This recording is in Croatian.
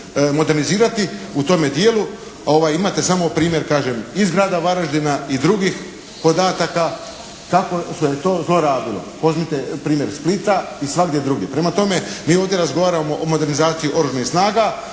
modernizirati u tome dijelu. Imate samo primjer kažem iz grada Varaždina i drugih podataka kako se to zlorabilo. Uzmite primjer Splita i svagdje drugdje. Prema tome, mi ovdje razgovaramo o modernizaciji oružanih snaga.